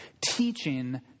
teaching